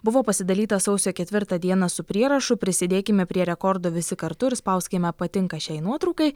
buvo pasidalyta sausio ketvirtą dieną su prierašu prisidėkime prie rekordo visi kartu ir spauskime patinka šiai nuotraukai